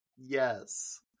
Yes